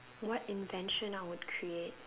what invention I would create